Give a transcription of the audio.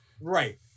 Right